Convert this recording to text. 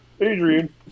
Adrian